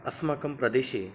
अस्माकं प्रदेशे